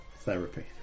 therapy